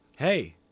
Hey